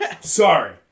Sorry